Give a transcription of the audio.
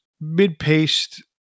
mid-paced